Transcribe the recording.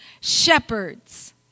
Shepherds